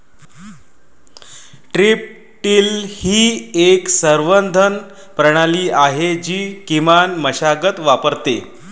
strip till ही एक संवर्धन प्रणाली आहे जी किमान मशागत वापरते